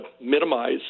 minimize